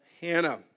Hannah